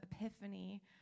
Epiphany